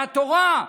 זה התורה,